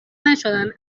نشدن